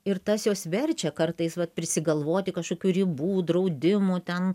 ir tas juos verčia kartais vat prisigalvoti kažkokių ribų draudimų ten